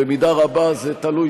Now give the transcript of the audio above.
במידה רבה זה תלוי,